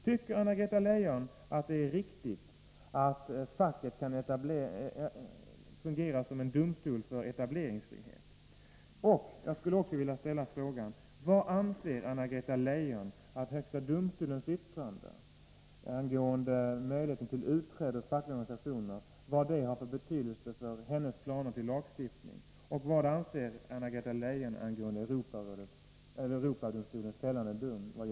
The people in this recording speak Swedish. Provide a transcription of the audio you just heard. Tycker Anna-Greta Leijon att det är riktigt att facket kan fungera som en domstol när det gäller etableringsfriheten? Vilken betydelse anser Anna-Greta Leijon att högsta domstolens yttrande angående möjligheter till utträde ur fackliga organisationer har för hennes planer i fråga om lagstiftning?